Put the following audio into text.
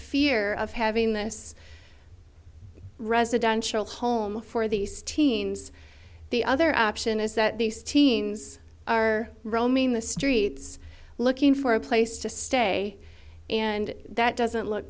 fear of having this residential home for these teens the other option is that these teens are roaming the streets looking for a place to stay and that doesn't look